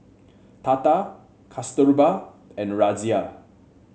Tata Kasturba and Razia